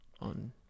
on